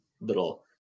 little